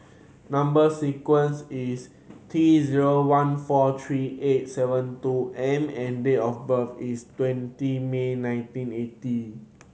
number sequence is T zero one four three eight seven two M and date of birth is twenty May nineteen eighty